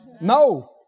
No